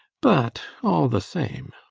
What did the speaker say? but all the same